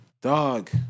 Dog